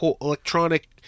electronic